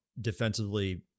defensively